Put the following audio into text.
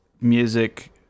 music